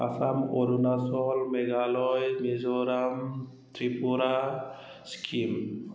Assam Arunachal Meghalaya Mizoram Tripura Sikkim